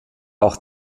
auch